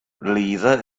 lisa